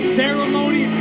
ceremony